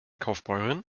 kaufbeuren